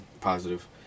positive